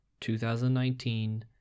2019